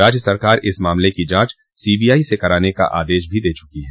राज्य सरकार इस मामले की जाँच सीबीआइ से कराने का आदेश भी दे चुकी है